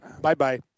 Bye-bye